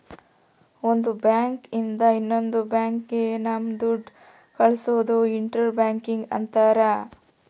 ಒಂದ್ ಬ್ಯಾಂಕ್ ಇಂದ ಇನ್ನೊಂದ್ ಬ್ಯಾಂಕ್ ಗೆ ನಮ್ ದುಡ್ಡು ಕಳ್ಸೋದು ಇಂಟರ್ ಬ್ಯಾಂಕಿಂಗ್ ಅಂತಾರ